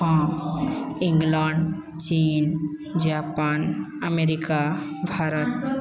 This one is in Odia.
ହଁ ଇଂଲଣ୍ଡ ଚୀନ୍ ଜାପାନ ଆମେରିକା ଭାରତ